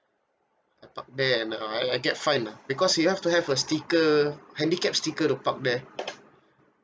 I park there and uh I I get fined ah because we have to have a sticker handicap sticker to park there